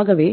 ஆகவே